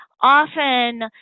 often